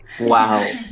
Wow